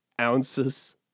ounces